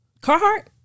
Carhartt